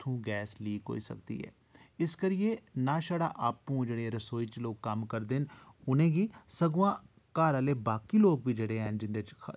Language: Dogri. उत्थूं गैस लीक होई सकदी ऐ इस करियै ना छड़ा आपूं जेह्ड़े रसोई च लोग कम्म करदे न उनेंगी सगुआं घर आह्ले बाकी लोग बी जेह्ड़े हैन जिंदे च